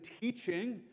teaching